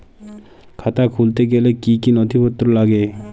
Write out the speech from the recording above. খাতা খুলতে গেলে কি কি নথিপত্র লাগে?